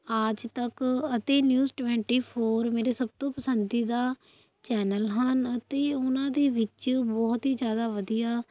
ਆਜ ਤੱਕ ਅਤੇ news twenty four ਮੇਰੇ ਸਭ ਤੋਂ ਪਸੰਦੀਦਾ ਚੈਨਲ ਹਨ ਅਤੇ ਓਹਨਾਂ ਦੇ ਵਿੱਚ ਵਹੁਤ ਹੀ ਜ਼ਿਆਦਾ ਵਧੀਆ